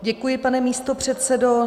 Děkuji, pane místopředsedo.